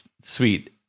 sweet